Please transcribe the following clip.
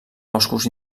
boscos